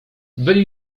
byli